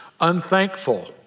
unthankful